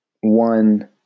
one